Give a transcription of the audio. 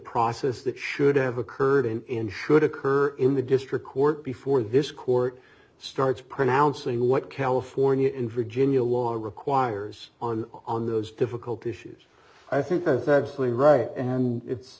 process that should have occurred in should occur in the district court before this court starts pronouncing what california in virginia law requires on on those difficult issues i think that's absolutely right and it's